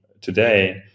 today